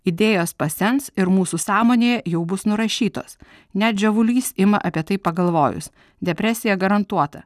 idėjos pasens ir mūsų sąmonėje jau bus nurašytos net žiovulys ima apie tai pagalvojus depresija garantuota